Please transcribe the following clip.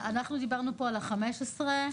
דיברנו פה על התאריך של 15,